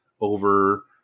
over